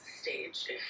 stage